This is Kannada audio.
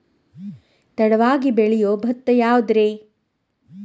ತಡವಾಗಿ ಬೆಳಿಯೊ ಭತ್ತ ಯಾವುದ್ರೇ?